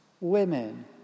women